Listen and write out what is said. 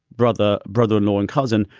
brother, brother in law and cousin,